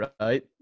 Right